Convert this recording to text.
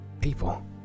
people